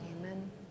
Amen